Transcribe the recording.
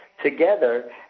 Together